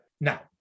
Now